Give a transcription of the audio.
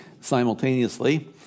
simultaneously